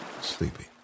sleepy